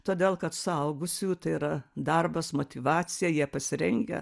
todėl kad suaugusiųjų tai yra darbas motyvacija jie pasirengę